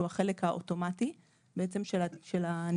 שהוא החלק האוטומטי של הניכויים.